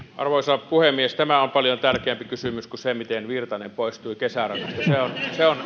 arvoisa puhemies tämä on paljon tärkeämpi kysymys kuin se miten virtanen poistui kesärannasta se on